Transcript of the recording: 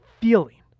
feeling